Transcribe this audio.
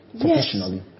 professionally